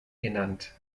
genannt